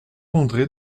andré